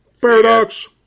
Paradox